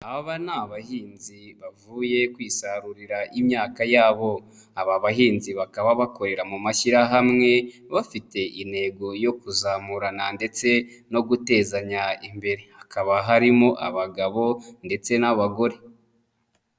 Aba ni abahinzi bavuye kwisarurira imyaka yabo. Aba bahinzi bakaba bakorera mu mashyirahamwe, bafite intego yo kuzamurana ndetse no gutezanya imbere. Hakaba harimo abagabo ndetse n'abagore.